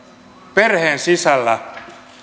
perheen sisällä